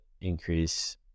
increase